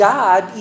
God